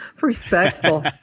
Respectful